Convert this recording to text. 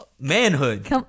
manhood